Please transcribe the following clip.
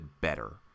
better